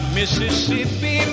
Mississippi